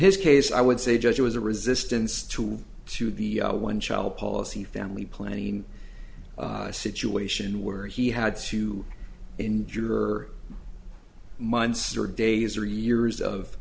his case i would say judge it was a resistance to to the one child policy family planning a situation where he had to injure her mindset or days or years of